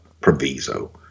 proviso